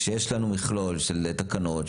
כשיש לנו מכלול של תקנות,